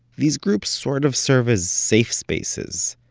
these groups sort of serve as safe spaces,